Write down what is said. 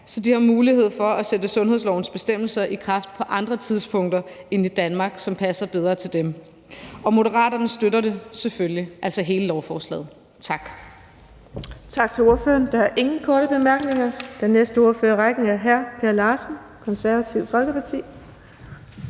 så de har mulighed for at sætte sundhedslovens bestemmelser i kraft på andre tidspunkter end i Danmark, og som passer bedre til dem. Og Moderaterne støtter det selvfølgelig, altså hele lovforslaget. Tak.